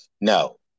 no